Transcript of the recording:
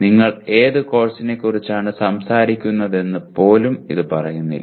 നിങ്ങൾ ഏത് കോഴ്സിനെക്കുറിച്ചാണ് സംസാരിക്കുന്നതെന്ന് പോലും അത് പറയുന്നില്ല